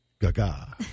Gaga